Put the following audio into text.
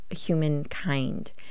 humankind